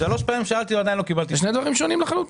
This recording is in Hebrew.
זה שני דברים שונים לחלוטין.